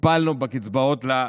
טיפלנו בקצבאות לנכים.